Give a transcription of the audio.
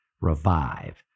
REVIVE